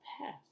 past